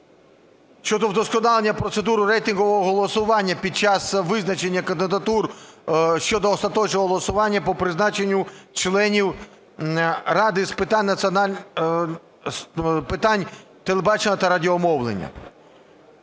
щодо вдосконалення процедури рейтингового голосування під час визначення кандидатур щодо остаточного голосування по призначенню членів ради з питань телебачення, та радіомовлення.